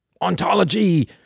ontology